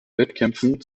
wettkämpfen